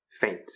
faint